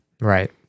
Right